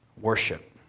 worship